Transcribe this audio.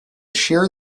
shear